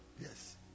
yes